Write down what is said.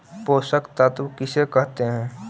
पोषक तत्त्व किसे कहते हैं?